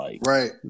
Right